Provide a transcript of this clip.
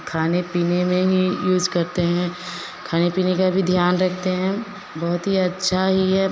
खाने पीने में ही यूज करते हैं खाने पीने पर भी ध्यान रखते हैं बहुत ही अच्छा ही यह